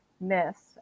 myths